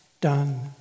done